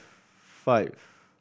five